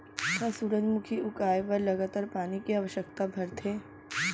का सूरजमुखी उगाए बर लगातार पानी के आवश्यकता भरथे?